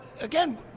again